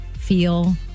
feel